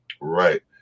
Right